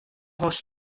holl